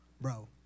bro